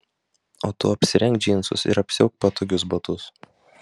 o tu apsirenk džinsus ir apsiauk patogius batus